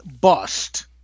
bust